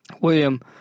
William